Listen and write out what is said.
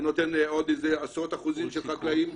זה נותן עוד איזה עשרות אחוזים של חקלאים.